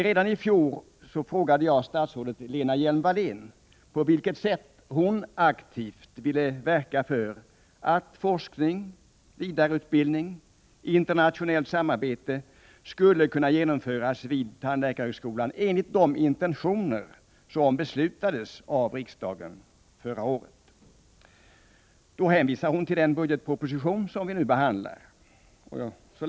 Redan i fjol frågade jag statsrådet Lena Hjelm-Wallén på vilket sätt hon aktivt ville verka för att forskning, vidareutbildning och internationellt samarbete skulle kunna genomföras vid tandläkarhögskolan enligt de intentioner som beslutades av riksdagen förra året. Hon hänvisade då till den budgetproposition som vi nu behandlar.